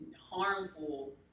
harmful